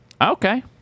Okay